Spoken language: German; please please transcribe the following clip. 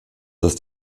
dass